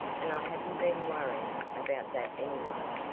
and i haven't been worrying about that any way,